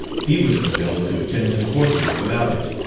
he was compelled to attend to the horses without it,